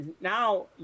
now